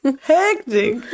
Hectic